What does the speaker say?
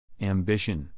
Ambition